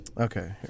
Okay